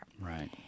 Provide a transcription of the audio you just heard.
Right